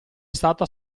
stata